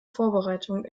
vorbereitungen